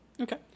Okay